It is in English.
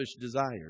desires